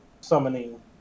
summoning